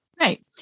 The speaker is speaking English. Right